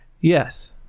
Yes